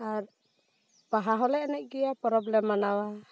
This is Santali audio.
ᱟᱨ ᱵᱟᱦᱟ ᱦᱚᱸᱞᱮ ᱮᱱᱮᱡ ᱜᱮᱭᱟ ᱯᱚᱨᱚᱵᱽ ᱞᱮ ᱢᱟᱱᱟᱣᱟ